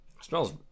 Smells